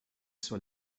zur